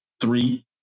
three